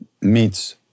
meets